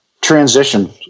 transition